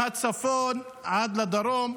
מהצפון עד לדרום,